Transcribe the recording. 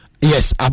yes